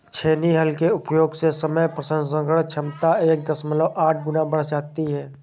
छेनी हल के उपयोग से समय प्रसंस्करण क्षमता एक दशमलव आठ गुना बढ़ जाती है